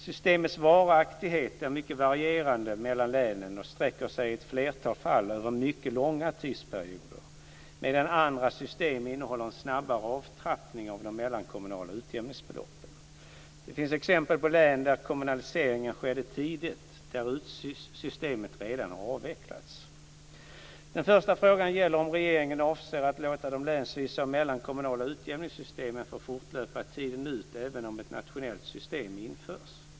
Systemens varaktighet är mycket varierande mellan länen och sträcker sig i ett flertal fall över mycket långa tidsperioder, medan andra system innehåller en snabbare avtrappning av de mellankommunala utjämningsbeloppen. Det finns exempel på län, där kommunaliseringen skedde tidigt, där systemen redan har avvecklats. Den första frågan gäller om regeringen avser att låta de länsvisa och mellankommunala utjämningssystemen få fortlöpa tiden ut även om ett nationellt system införs.